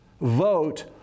vote